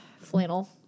Flannel